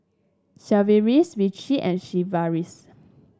Sigvaris Vichy and Sigvaris